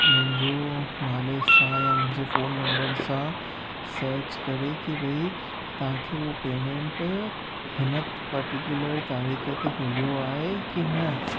मुंहिंजो नाले सां या मुंहिंजे फ़ोन नंबर सां सर्च करे कि भई तव्हांखे हू पेमेंट हिन पर्टिकुलर तारीख़ ते मिलियो आहे कि न